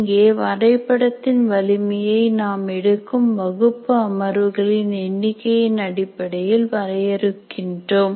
இங்கே வரைபடத்தின் வலிமையை நாம் எடுக்கும் வகுப்பு அமர்வுகளின் எண்ணிக்கையின் அடிப்படையில் வரையறுகின்றோம்